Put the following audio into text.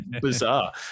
bizarre